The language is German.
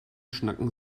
schnacken